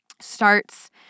starts